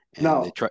no